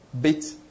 bit